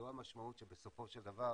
זו המשמעות שבסופו של דבר